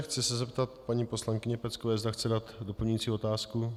Chci se zeptat paní poslankyně Peckové, zda chce dát doplňující otázku.